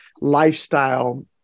lifestyle